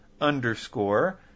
underscore